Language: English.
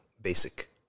basic